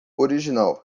original